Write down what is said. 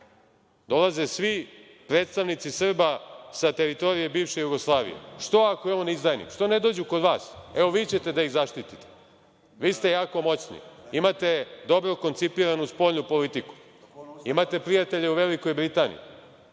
dolaze sve predstavnici Srba sa teritorije bivše Jugoslavije. Što ako je on izdajnik, što ne dođu kod vas, evo, vi ćete da ih zaštitite. Vi ste jako moćni? Imate dobro koncipiranu spoljnu politiku. Imate prijatelje u Velikoj Britaniji.